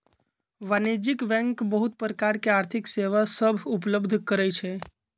वाणिज्यिक बैंक बहुत प्रकार के आर्थिक सेवा सभ उपलब्ध करइ छै